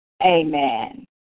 Amen